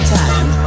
time